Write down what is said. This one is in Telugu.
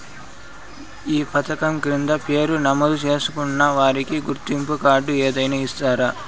ఈ పథకం కింద పేరు నమోదు చేసుకున్న వారికి గుర్తింపు కార్డు ఏదైనా ఇస్తారా?